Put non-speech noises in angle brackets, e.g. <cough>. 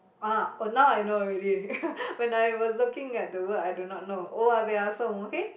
!ah! oh now I know already <laughs> when I was looking at the word I do not know owa peya som okay